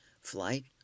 flight